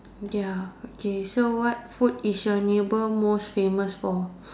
ya okay so what food is your neighbor most famous for